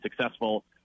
successful